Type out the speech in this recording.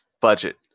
budget